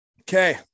Okay